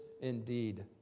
indeed